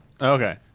Okay